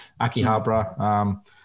Akihabara